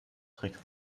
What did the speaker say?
trick